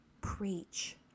preach